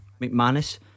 McManus